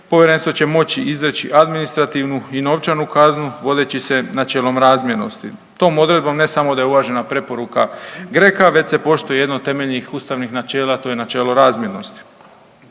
Povjerenstvo će moći izreći administrativnu i novčanu kaznu vodeći se načelom razmjernosti. Tom odredbom ne samo da je uvažena preporuka GRECO-a već se poštuje jedno od temeljnih ustavih načela, a to je načelo razmjernosti.